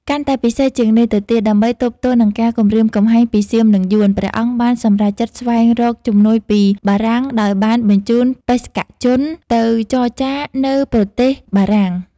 កាន់តែពិសេសជាងនេះទៅទៀត ដើម្បីទប់ទល់នឹងការគំរាមកំហែងពីសៀមនិងយួន ព្រះអង្គបានសម្រេចចិត្តស្វែងរកជំនួយពីបារាំងដោយបានបញ្ជូនបេសកជនទៅចរចានៅប្រទេសបារាំង។